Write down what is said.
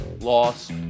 loss